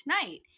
tonight